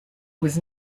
was